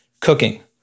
cooking